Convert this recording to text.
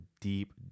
deep